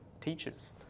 teachers